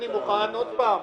אני מוכן עוד פעם.